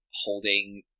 holding